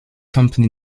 company